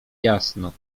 jasno